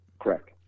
Correct